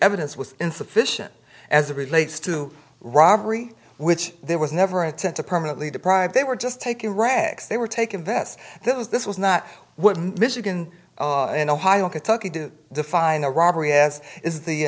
evidence was insufficient as it relates to robbery which there was never a tent to permanently deprive they were just taken rags they were taken this there was this was not what michigan and ohio kentucky do define a robbery as is the